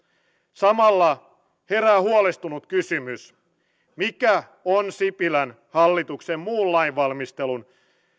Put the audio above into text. samalla herää huolestunut kysymys mikä on sipilän hallituksen muun lainvalmistelun